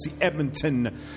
Edmonton